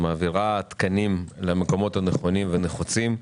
שמעבירה תקנים למקומות נכונים ונחוצים.